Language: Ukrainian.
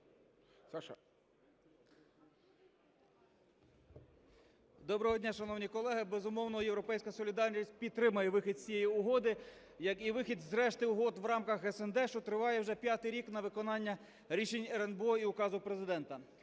Доброго дня, шановні колеги! Безумовно, "Європейська солідарність" підтримує вихід із цієї угоди, як і вихід з решти угод в рамках СНД, що триває вже п'ятий рік на виконання рішень РНБО і указу Президента.